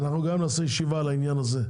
גם נעשה ישיבה על העניין הזה.